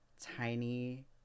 tiny